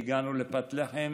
הגענו לפת לחם,